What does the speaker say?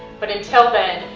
but until then,